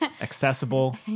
accessible